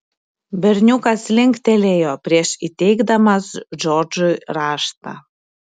berniukas linktelėjo prieš įteikdamas džordžui raštą